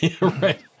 Right